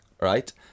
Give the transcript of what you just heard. right